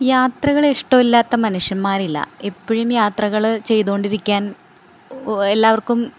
യാത്രകൾ ഇഷ്ടമില്ലാത്ത മനുഷ്യന്മാരില്ല എപ്പോഴും യാത്രകൾ ചെയ്ത് കൊണ്ടിരിക്കാൻ എല്ലാവർക്കും ഇഷ്ടമായിരിക്കും